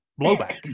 blowback